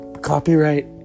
Copyright